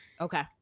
Okay